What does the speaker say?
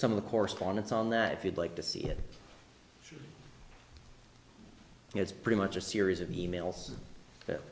some of the correspondence on that if you'd like to see it it's pretty much a series of e mails that